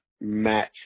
match